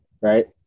right